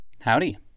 Howdy